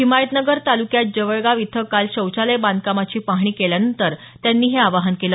हिमायतनगर तालुक्यात जवळगाव इथं काल शौचालय बांधकामाची पाहणी केल्यानंतर त्यांनी हे आवाहन केलं